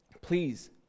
please